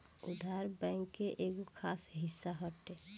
उधार, बैंक के एगो खास हिस्सा हटे